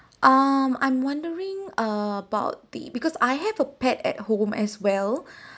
um I'm wondering uh about the because I have a pet at home as well